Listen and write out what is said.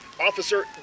Officer